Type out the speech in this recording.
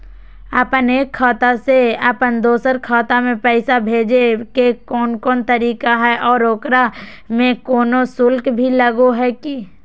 अपन एक खाता से अपन दोसर खाता में पैसा भेजे के कौन कौन तरीका है और ओकरा में कोनो शुक्ल भी लगो है की?